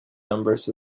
numbers